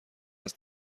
است